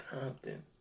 Compton